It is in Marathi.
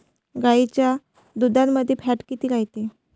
गाईच्या दुधामंदी फॅट किती रायते?